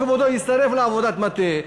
כבודו יצטרף לעבודת המטה,